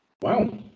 Wow